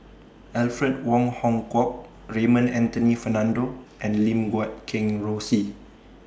Alfred Wong Hong Kwok Raymond Anthony Fernando and Lim Guat Kheng Rosie